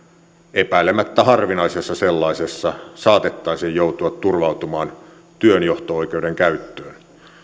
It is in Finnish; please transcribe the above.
epäilemättä harvinaisessa sellaisessa saatettaisiin joutua turvautumaan työnjohto oikeuden käyttöön